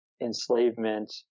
enslavement